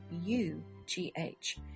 U-G-H